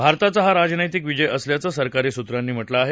भारताचा हा राजनैतिक विजय असल्याचं सरकारी सूत्रांनी म्हटलं आहे